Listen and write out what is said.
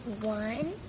One